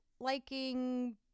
liking